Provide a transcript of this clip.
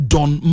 Don